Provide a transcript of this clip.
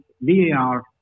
VAR